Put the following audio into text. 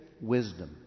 wisdom